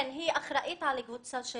כן, היא אחראית על קבוצה של